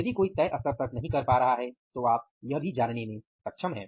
यदि कोई तय स्तर तक नहीं कर रहा है तो आप यह भी जानने में सक्षम हैं